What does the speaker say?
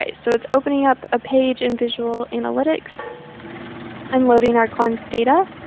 ah so it's opening up a page in visual analytics and loading our cleansed data.